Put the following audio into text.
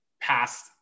past